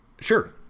Sure